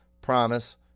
promise